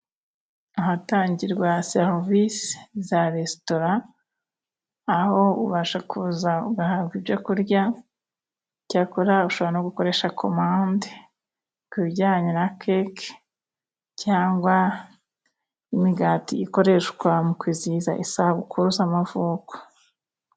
Ahatangirwa serivisi za Resitora aho ubasha kuza ugahabwa ibyo kurya cyakora ushobora gukoresha komande ku bijyanye na keke cyangwa imigati, ikoreshwa mu kwizihiza isabukuru z'amavuko.